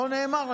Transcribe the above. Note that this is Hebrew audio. לא נאמר?